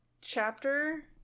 chapter